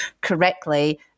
correctly